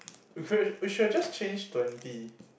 we could we should have just change twenty